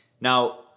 Now